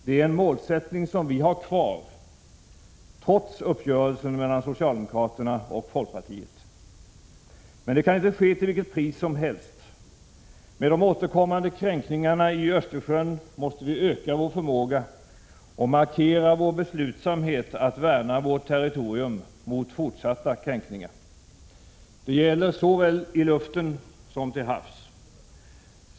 Det är en målsättning som vi har kvar trots uppgörelsen mellan socialdemokraterna och folkpartiet. Men det kan inte ske till vilket pris som helst. Med de återkommande kränkningarna i Östersjön måste vi öka vår förmåga och markera vår beslutsamhet att värna vårt territorium mot fortsatta kränkningar. Det gäller såväl i luften som till havs.